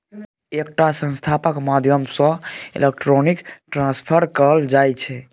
एकटा संस्थाक माध्यमसँ इलेक्ट्रॉनिक ट्रांसफर कएल जाइ छै